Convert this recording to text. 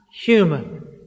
human